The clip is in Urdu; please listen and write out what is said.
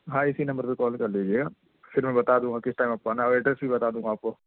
ہاں اسی نمبر پہ کال کر لیجیے گا پھر میں بتا دوں گا کس ٹائم آپ کو آنا ہے اور ایڈریس بھی بتا دوں گا آپ کو